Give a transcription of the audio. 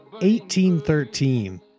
1813